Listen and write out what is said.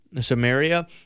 Samaria